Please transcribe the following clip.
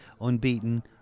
unbeaten